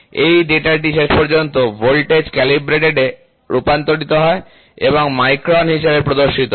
এই ডেটাটি শেষ পর্যন্ত ভোল্টেজ ক্যালিব্রেটেড এ রূপান্তরিত হয় এবং মাইক্রন হিসাবে প্রদর্শিত হয়